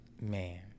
Man